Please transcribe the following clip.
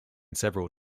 several